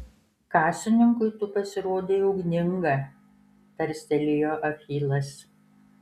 kasininkui tu pasirodei ugninga tarstelėjo achilas